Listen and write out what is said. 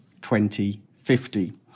2050